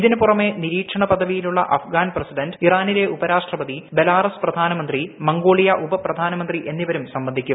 ഇതിനുപുറമേ നിരീക്ഷണ പദവിയുള്ള അഫ്ഗാൻ പ്രസിഡന്റ് ഇറാനിലെ ഉപരാഷ്ട്രപതി ബെലാറസ് പ്രധാനമന്ത്രി മംഗോളിയ ഉപപ്രധാനമന്ത്രി എന്നിവരും സംബന്ധിക്കും